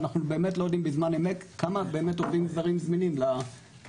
ואנחנו באמת לא יודעים בזמן אמת כמה עובדים הם באמת זמינים להשמה.